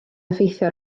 effeithio